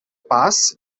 paz